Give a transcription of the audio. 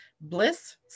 bliss